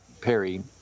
perry